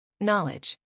Knowledge